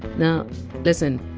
now listen,